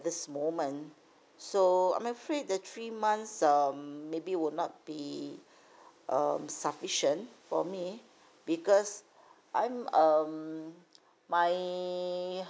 this moment so I'm afraid the three months um maybe would not be um sufficient for me because I'm um my